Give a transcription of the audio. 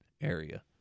area